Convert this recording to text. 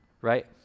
right